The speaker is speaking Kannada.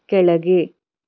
ಕೆಳಗೆ